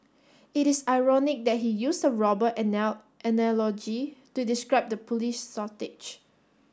it is ironic that he used a robber analogy to describe the police shortage